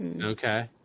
okay